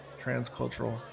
Transcultural